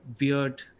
weird